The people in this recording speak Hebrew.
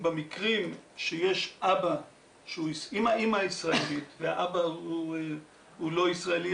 אם האימא ישראלית והאבא הוא לא ישראלי,